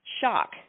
shock